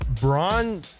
Braun